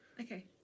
Okay